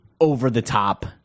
over-the-top